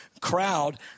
crowd